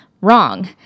wrong